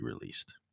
released